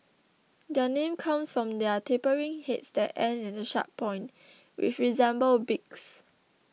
their name comes from their tapering heads that end in a sharp point which resemble beaks